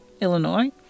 Illinois